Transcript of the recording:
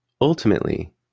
Ultimately